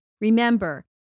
Remember